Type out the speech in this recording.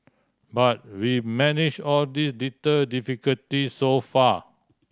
but we manage all these little difficulty so far